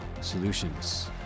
solutions